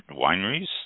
wineries